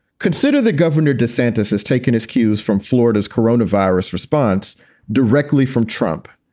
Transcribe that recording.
consider that governor desantis has taken his cues from florida's corona virus response directly from trump.